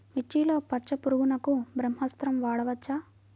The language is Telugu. మిర్చిలో పచ్చ పురుగునకు బ్రహ్మాస్త్రం వాడవచ్చా?